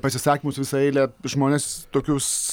pasisakymus visą eilę žmonės tokius